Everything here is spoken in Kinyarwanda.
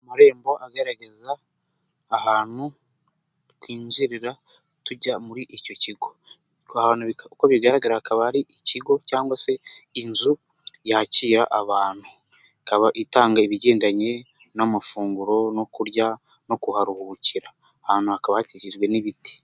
Amarembo agaragaza ahantu twinjirira tujya muri icyo kigo, aho hantu ukobigaragara akaba ari ikigo cyangwa se inzu yakira abantu ikaba itanga ibigendanye n'amafunguro no kurya no kuharuhukira ahantu hakaba hakikijwe n'ibiti.